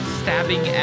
stabbing